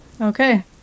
Okay